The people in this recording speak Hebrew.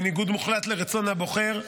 בניגוד מוחלט לרצון הבוחר,